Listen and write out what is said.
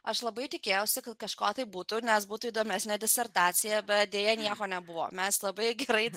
aš labai tikėjausi kad kažko tai būtų nes būtų įdomesnė disertacija bet deja nieko nebuvo mes labai greit